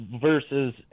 versus